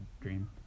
dream